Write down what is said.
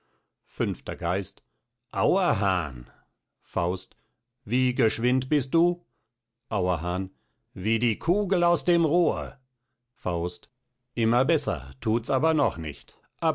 fünfter geist auerhahn faust wie geschwind bist du auerhahn wie die kugel aus dem rohr faust immer beßer thuts aber noch nicht